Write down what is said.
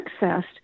accessed